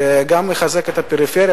שגם מחזק את הפריפריה,